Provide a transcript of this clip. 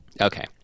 Okay